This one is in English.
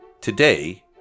Today